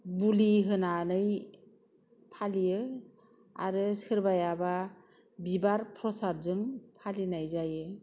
बुलि होनानै फालियो आरो सोरबायाबा बिबार प्रसादजों फालिनाय जायो